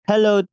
Hello